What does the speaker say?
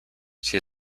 she